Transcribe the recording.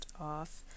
off